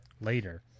later